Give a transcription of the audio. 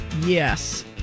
Yes